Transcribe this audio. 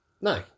No